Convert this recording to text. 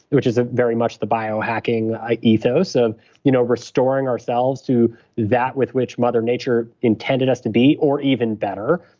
which is ah very much the bio hacking ethos of you know restoring ourselves to that with which mother nature intended us to be or even better,